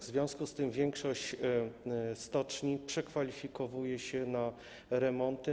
W związku z tym większość stoczni przekwalifikowuje się na remonty.